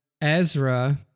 Ezra